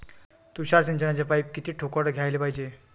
तुषार सिंचनाचे पाइप किती ठोकळ घ्याले पायजे?